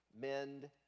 Mend